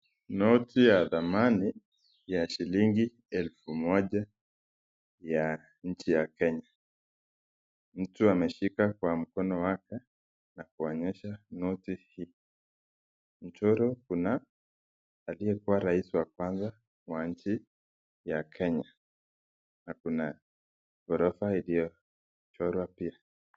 Noti ya samani noti ya elfu moja yanchi ya kenya mtu anashika Kwa mkono wake na kuonyesha noti hii, michoro kuna aliyekuwa rais wa kwanza wa nchi ya Kenya na Kuna gorofa hiliyo chorwa picha.